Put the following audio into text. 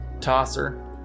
tosser